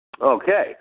Okay